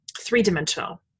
three-dimensional